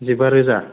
जिबा रोजा